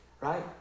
right